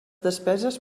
despeses